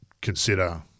consider